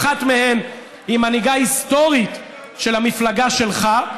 ואחת מהן היא מנהיגה היסטורית של המפלגה שלך,